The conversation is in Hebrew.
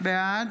בעד